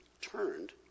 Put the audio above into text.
turned